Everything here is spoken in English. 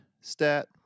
stat